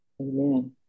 Amen